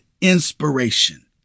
inspiration